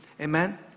Amen